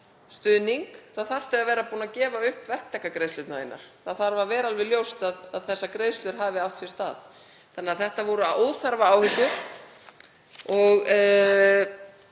stuðning þá þarf fólk að vera búið að gefa upp verktakagreiðslurnar sínar. Það þarf að vera alveg ljóst að þær greiðslur hafi átt sér stað þannig að þetta voru óþarfar áhyggjur, og